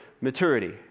maturity